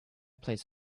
plays